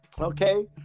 Okay